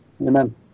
Amen